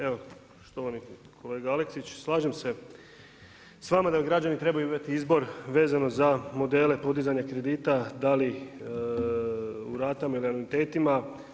Evo štovani kolega Aleksić, slažem se s vama da građani trebaju imati izbor vezano za modele podizanja kredita da li u ratama ili u anuitetima.